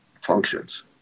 functions